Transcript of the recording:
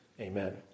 Amen